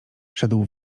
szedł